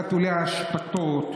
לחתולי האשפתות.